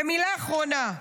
ומילה אחרונה,